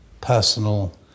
personal